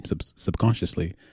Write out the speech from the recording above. subconsciously